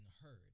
heard